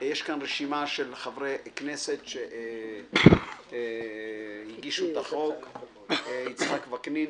יש כאן רשימה של חברי כנסת שהגישו את החוק: יצחק וקנין,